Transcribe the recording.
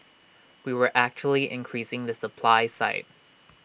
we were actually increasing the supply side